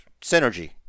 Synergy